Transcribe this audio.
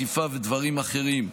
תקיפה ודברים אחרים.